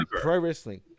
Pro-wrestling